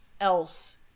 else